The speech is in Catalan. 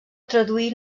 traduir